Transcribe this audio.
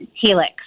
helix